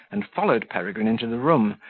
and followed peregrine into the room,